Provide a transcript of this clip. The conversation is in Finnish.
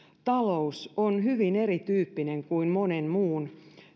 talous on hyvin erityyppinen kuin monen muun